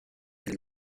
and